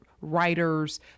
writers